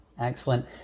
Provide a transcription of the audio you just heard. Excellent